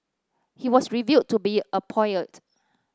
he was revealed to be a poet